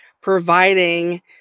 providing